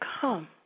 come